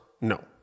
no